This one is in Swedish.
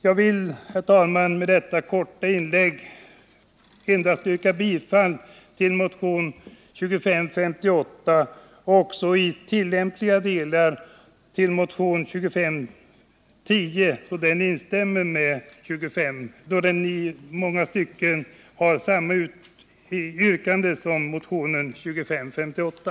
Jag vill, herr talman, med detta korta inlägg endast yrka bifall till motionen 2558 och också till motionen 2510 i tillämpliga delar, då yrkandena där i långa stycken överensstämmer med dem i motionen 2558.